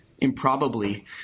improbably